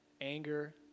anger